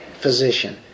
physician